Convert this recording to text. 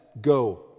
go